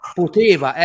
poteva